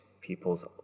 people's